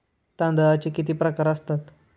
तांदळाचे किती प्रकार असतात?